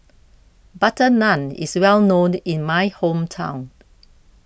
Butter Naan is well known in my hometown